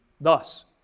Thus